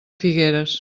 figueres